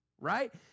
right